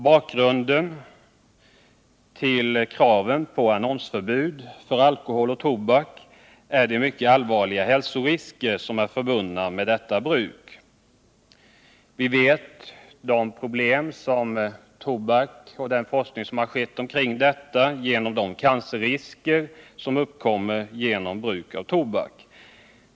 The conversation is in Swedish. Bakgrunden till kravet på annonsförbud när det gäller alkoholdrycker och tobaksvaror är de mycket allvarliga hälsorisker som är förbundna med bruk av dessa varor. Vi känner till de problem som hänger samman med tobaksbruket genom den forskning som bedrivits på detta område, varvid man bl.a. påvisat de cancerrisker som uppkommer genom bruk av tobak.